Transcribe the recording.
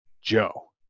Joe